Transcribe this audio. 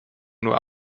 nur